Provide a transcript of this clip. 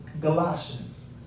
Galatians